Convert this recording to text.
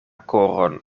koron